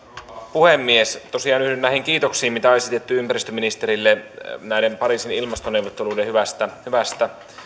puhemies tosiaan yhdyn näihin kiitoksiin mitä on esitetty ympäristöministerille pariisin ilmastoneuvotteluiden hyvästä hyvästä